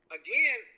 again